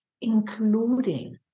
including